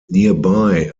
nearby